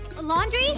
laundry